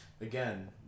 Again